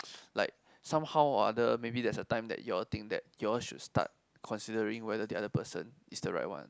like somehow or other maybe there's a time that you all think that you all should start considering whether the other person is the right one or not like